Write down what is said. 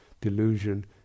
delusion